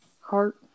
heart